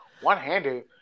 one-handed